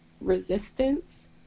resistance